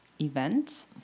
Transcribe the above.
events